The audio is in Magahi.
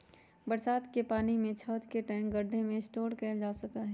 बरसात के पानी के छत, टैंक, गढ्ढे में स्टोर कइल जा सका हई